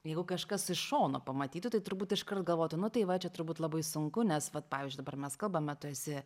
jeigu kažkas iš šono pamatytų tai turbūt iškart galvotų nu tai va čia turbūt labai sunku nes vat pavyzdžiui dabar mes kalbame tu esi